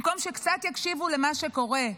במקום שקצת יקשיבו למה שקורה,